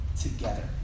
together